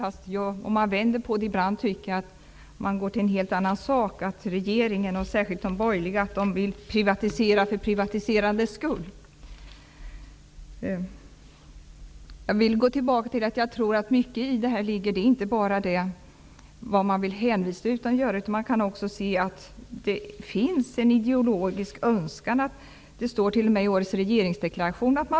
Jag tycker dock ibland att de borgerliga vill privatisera för privatiserandets skull. Jag kan se att det finns en ideologisk önskan om ett starkt omvandlingtryck på kommuner och landsting. Det står t.o.m. i årets regeringsdeklaration.